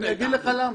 אני אגיד לך למה,